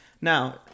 Now